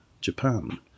Japan